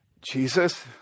Jesus